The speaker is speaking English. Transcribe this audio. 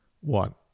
one